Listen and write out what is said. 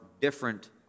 different